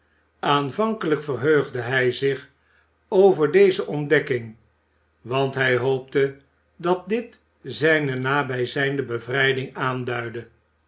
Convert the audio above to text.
aanvankelijk verheugde hij zich over deze ontdekking want hij hoopte dat dit zijne nabijzijnde bevrijding aanduidde